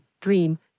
Dream